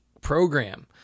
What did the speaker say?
program